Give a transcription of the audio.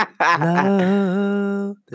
Love